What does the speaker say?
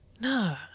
Nah